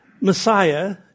Messiah